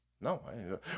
No